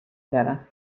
دارم